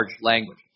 language